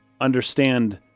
understand